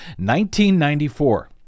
1994